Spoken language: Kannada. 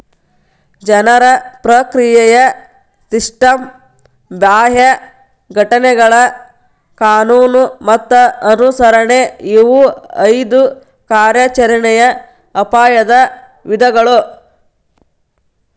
ಜನರ ಪ್ರಕ್ರಿಯೆಯ ಸಿಸ್ಟಮ್ ಬಾಹ್ಯ ಘಟನೆಗಳ ಕಾನೂನು ಮತ್ತ ಅನುಸರಣೆ ಇವು ಐದು ಕಾರ್ಯಾಚರಣೆಯ ಅಪಾಯದ ವಿಧಗಳು